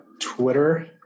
Twitter